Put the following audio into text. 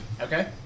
Okay